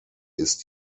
ist